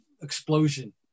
explosion